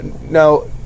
Now